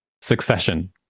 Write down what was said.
Succession